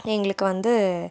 எங்களுக்கு வந்து